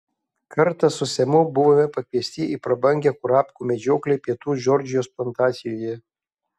kartą su semu buvome pakviesti į prabangią kurapkų medžioklę pietų džordžijos plantacijoje